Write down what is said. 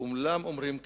כולם אומרים "כן".